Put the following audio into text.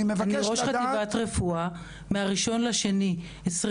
אני ראש חטיבת רפואה מה-1 לפברואר 2022,